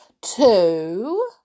Two